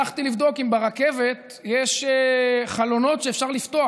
הלכתי לבדוק אם ברכבת יש חלונות שאפשר לפתוח,